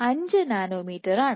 05 നാനോമീറ്ററാണ്